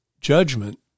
judgment